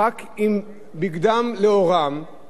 והאנשים האלה נדרשים לפי החוק,